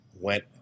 went